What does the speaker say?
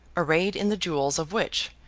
arrayed in the jewels of which,